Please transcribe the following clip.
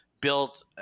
built